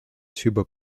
tuba